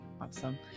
Awesome